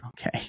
Okay